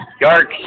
dark